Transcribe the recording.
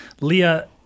leah